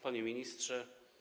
Panie Ministrze!